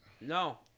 No